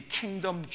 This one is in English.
kingdom